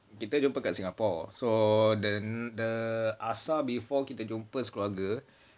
kita jumpa dekat singapore so the the asal before kita jumpa sekeluarga